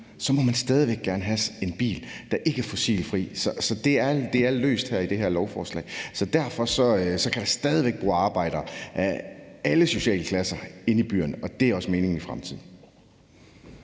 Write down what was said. må man stadig væk gerne have en bil, der ikke er fossilfri. Så det er løst her i det her lovforslag. Derfor kan der stadig væk bo arbejdere og alle socialklasser inde i byerne, og det er også meningen i fremtiden.